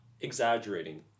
exaggerating